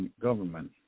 government